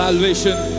Salvation